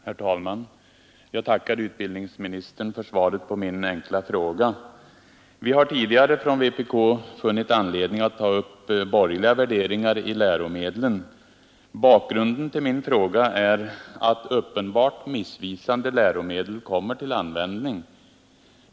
Herr talman! Jag tackar utbildningsministern för svaret på min enkla fråga. Vi har tidigare från vpk funnit anledning att ta upp problemet med borgerliga värderingar i läromedlen. Bakgrunden till min fråga är att uppenbart missvisande läromedel kommer till användning.